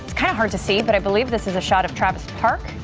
cowherd to see but i believe this is a shot of travis park,